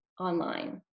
online